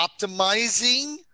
optimizing